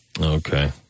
Okay